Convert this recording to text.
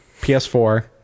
PS4